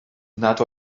nad